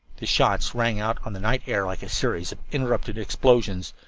the shots rang out on the night air like a series of interrupted explosions.